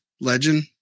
legend